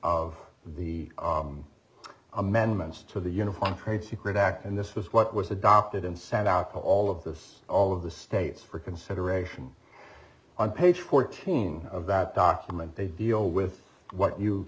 of the amendments to the uniform trade secret act and this was what was adopted and sent out to all of this all of the states for consideration on page fourteen of that document they deal with what you